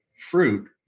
fruit